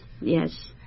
yes